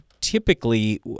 typically